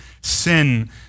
Sin